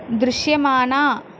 దృశ్యమాన